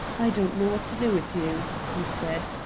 i don't know what to do with you, he said,